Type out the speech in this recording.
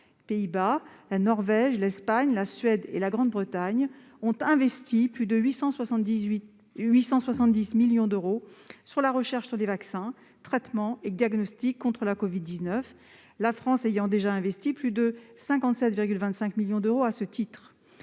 les Pays-Bas, la Norvège, l'Espagne, la Suède et la Grande-Bretagne ont investi plus de 870 millions d'euros dans la recherche sur les vaccins, traitements et diagnostics contre la covid-19, alors que la France a déjà investi plus de 57,25 millions d'euros à ce titre.